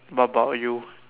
what about you